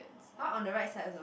!huh! on the right side also